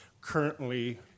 currently